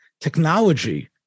technology